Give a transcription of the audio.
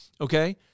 okay